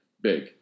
big